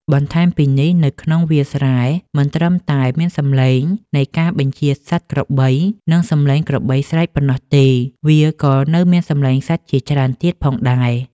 បន្ថែមពីនេះ នៅក្នុងវាលស្រែមិនត្រឹមតែមានសំឡេងនៃការបញ្ជាសត្វក្របី និងសំឡេងក្របីស្រែកប៉ុណ្ណោះទេ វាក៏នៅមានសំឡេងសត្វជាច្រើនទៀតផងដែរ។